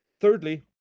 Thirdly